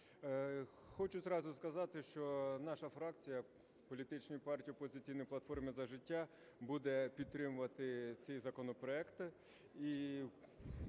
Хочу зразу сказати, що наша фракція політичної партії "Опозиційна платформа – За життя" буде підтримувати цей законопроект